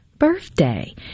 Birthday